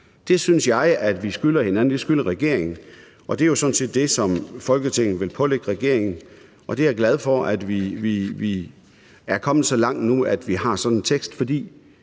Det synes jeg vi skylder hinanden – det skylder regeringen. Det er jo sådan set det, som Folketinget vil pålægge regeringen. Og jeg er glad for, at vi er kommet så langt nu, at vi har sådan en tekst.